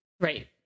right